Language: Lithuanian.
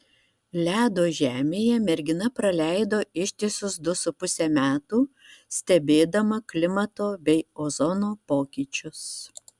ledo žemėje mergina praleido ištisus du su puse metų stebėdama klimato bei ozono pokyčius